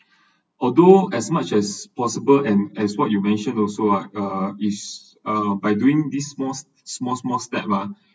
although as much as possible and as what you mentioned also uh is uh by doing this sma~ small small step uh